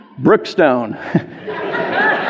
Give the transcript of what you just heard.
Brookstone